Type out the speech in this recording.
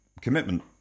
commitment